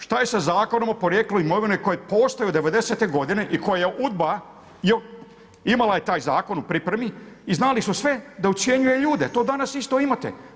Šta je sa Zakonom o porijeklu imovine koji postoji od '90.-te godine i koji je udba, imala je taj zakon u pripremi i znali su sve da ucjenjuje ljude a to danas isto imate.